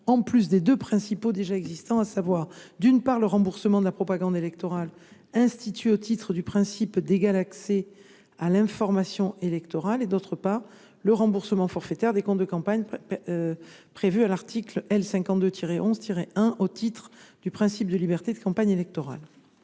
s’ajoute aux deux principaux déjà existants, à savoir, d’une part, le remboursement de la propagande électorale instituée au titre du principe d’égal accès à l’information électorale, et, d’autre part, le remboursement forfaitaire des comptes de campagne prévu à l’article L. 52 11 1 du code électoral, au titre du principe de liberté de campagne électorale.